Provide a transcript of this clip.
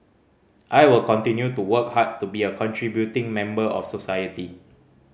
I will continue to work hard to be a contributing member of society